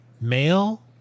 male